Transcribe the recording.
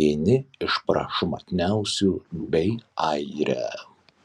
vieni iš prašmatniausių bei aire